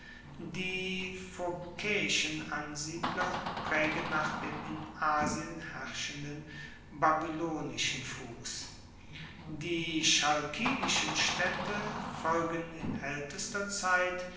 die phokaeischen ansiedler praegen nach dem in asien herrschenden babylonischen fuss die chalkidischen staedte folgen in aeltester zeit